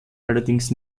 allerdings